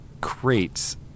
crates